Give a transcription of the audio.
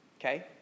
Okay